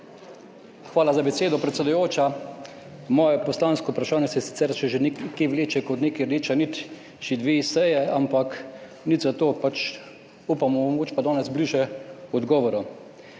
Hvala za besedo, predsedujoča. Moje poslansko vprašanje se sicer vleče kot neka rdeča nit že dve seji, ampak nič zato, upam, da bomo mogoče pa danes bliže odgovoru.